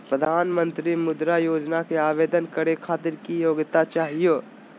प्रधानमंत्री मुद्रा योजना के आवेदन करै खातिर की योग्यता चाहियो?